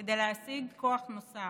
כדי להשיג כוח נוסף,